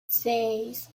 seis